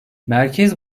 merkez